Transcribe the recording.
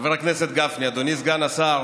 חבר הכנסת גפני, אדוני סגן השר